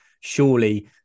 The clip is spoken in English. surely